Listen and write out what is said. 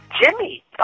Jimmy